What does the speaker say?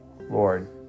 Lord